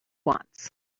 wants